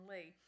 Lee